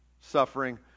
suffering